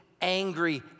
angry